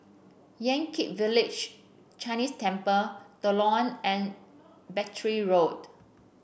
Yan Kit Village Chinese Temple The Lawn and Battery Road